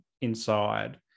inside